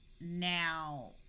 now